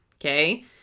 okay